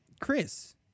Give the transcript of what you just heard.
Chris